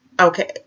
okay